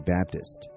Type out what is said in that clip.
Baptist